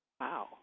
Wow